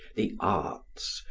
the arts,